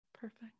Perfect